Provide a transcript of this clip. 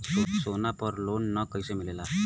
सोना पर loan कइसे मिलेला?